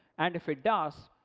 and if it does,